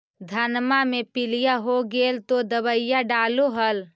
धनमा मे पीलिया हो गेल तो दबैया डालो हल?